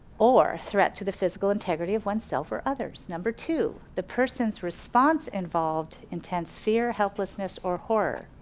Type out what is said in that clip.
or threat to the physical integrity of oneself or others. number two the person's response involved intense fear, helplessness, or horror.